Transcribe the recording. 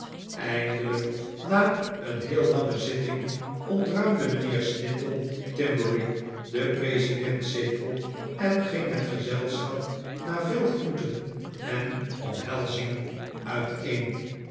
eindelijk na een heel lange zitting ontruimde mijnheer snittle timberry den presidentszetel en ging het gezelschap na veel groeten en omhelzingen uiteen